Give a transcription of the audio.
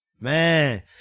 Man